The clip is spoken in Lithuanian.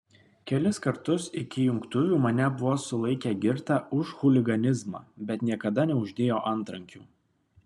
kelis kartus iki jungtuvių mane buvo sulaikę girtą už chuliganizmą bet niekada neuždėjo antrankių